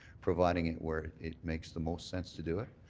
providing it where it makes the most sense to do it.